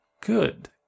Good